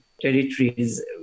territories